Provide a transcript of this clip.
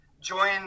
join